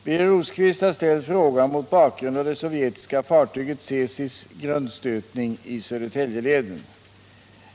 Birger Rosqvist har ställt frågan mot bakgrund av det sovjetiska fartyget Tsesis grundstötning i Södertäljeleden.